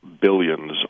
billions